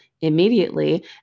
immediately